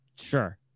Sure